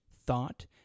thought